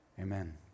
Amen